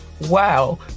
Wow